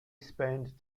spend